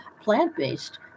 plant-based